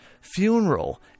funeral